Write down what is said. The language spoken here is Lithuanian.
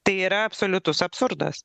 tai yra absoliutus absurdas